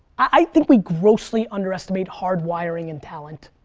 i think we grossly underestimate hard wiring and talent.